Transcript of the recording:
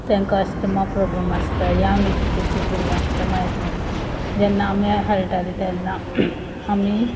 तेंकां asthma problem आसता यांग एजीचे भुरग्यांक अस्तमा येता जेन्ना आमी खेळटालीं तेन्ना आमी